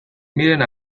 miren